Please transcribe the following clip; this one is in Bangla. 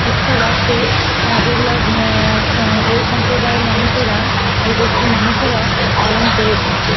উৎসব আছে এ যেগুলা স ওই সম্প্রদায়ের মানুষেরা ওই গোষ্ঠীর মানুষেরা পালন করে থাকে